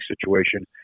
situation